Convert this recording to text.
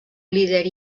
líder